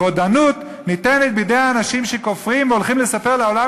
הרודנות ניתנים בידי אנשים שכופרים והולכים לספר לעולם